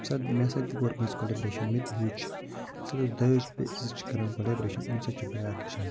ییٚمہِ ساتہٕ مےٚ سۭتۍ تہِ کوٚر کانٛسہِ کلوابریشَن مےٚ تہِ ہیٚوچھ ییٚمہِ ساتہٕ أسی دۄیَو زٕ چھِ کران کلوابریشَن أمۍ سۭتۍ چھِ بیاکھ ہٮ۪چھان